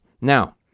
Now